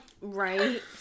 Right